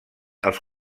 els